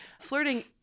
flirting